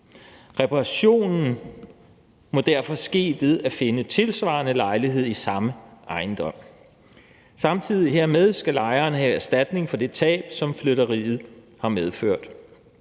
Reparationen må derfor ske ved at finde en tilsvarende lejlighed i samme ejendom. Samtidig hermed skal lejeren have erstatning for det tab, som flytteriet har medført.